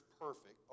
perfect